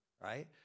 right